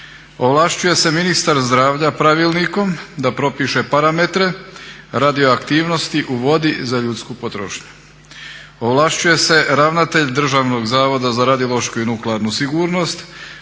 Ovlašćuje se ministar zdravlja pravilnikom da propiše parametre radioaktivnosti u vodi za ljudsku potrošnju. Ovlašćuje se ravnatelj Državnog zavoda za radiološku i nuklearnu sigurnost